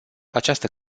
această